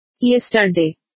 Yesterday